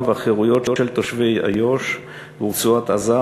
והחירויות של תושבי איו"ש ורצועת-עזה,